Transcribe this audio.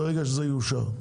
ברגע שזה יאושר.